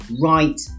right